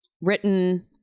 written